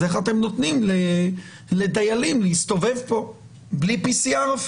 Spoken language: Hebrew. איך אתם נותנים לדיילים להסתובב כאן ואפילו בלי בדיקת PCR?